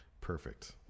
Perfect